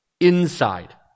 inside